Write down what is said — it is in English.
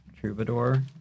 Troubadour